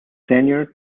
tenure